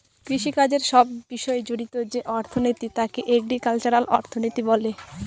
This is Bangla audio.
কৃষিকাজের সব বিষয় জড়িত যে অর্থনীতি তাকে এগ্রিকালচারাল অর্থনীতি বলে